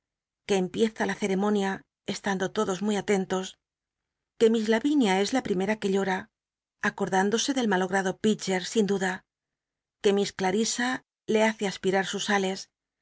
que empieza la ceremonia estando todos muy atentos que miss lavinia c la primera que llora acordrindose del malogrado pidget sin duda que miss clarisa le hace aspirar sus sales